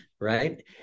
Right